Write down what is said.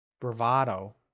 bravado